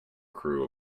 crew